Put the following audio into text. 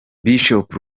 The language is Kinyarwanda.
bishop